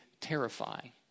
terrifying